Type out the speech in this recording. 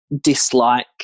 dislike